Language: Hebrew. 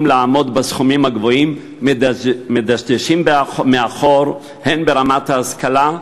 לעמוד בסכומים הגבוהים מדשדשים מאחור ברמת ההשכלה,